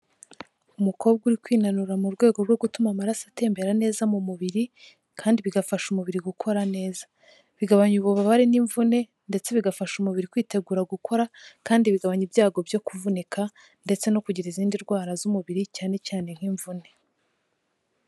Umukobwa uri kwinanura mu rwego rwo gutuma amaraso atembera neza mu mubiri kandi bigafasha umubiri gukora neza, bigabanya ububabare n'imvune ndetse bigafasha umubiri kwitegura gukora, kandi bigabanya ibyago byo kuvunika ndetse no kugira izindi ndwara z'umubiri, cyane cyane nk'imvune.